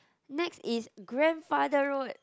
next is grandfather road